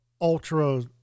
ultra